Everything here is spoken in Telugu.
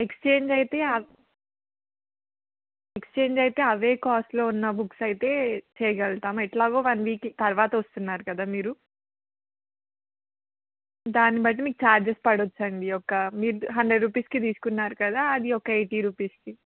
ఎక్స్చేంజ్ అయితే ఆ ఎక్స్చేంజ్ అయితే అవే కాస్ట్లో ఉన్న బుక్స్ అయితే చేయగలుగుతాం ఎట్లాగో వన్ వీక్ తర్వాత వస్తున్నారు కదా మీరు దాన్ని బట్టి మీకు ఛార్జెస్ పడొచ్చండి ఒక మీరు హండ్రెడ్ రూపీస్కి తీసుకున్నారు కదా అది ఒక ఎయిటీ రూపీస్కి